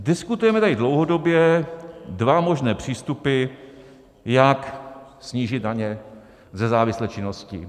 Diskutujeme tady dlouhodobě dva možné přístupy, jak snížit daně ze závislé činnosti.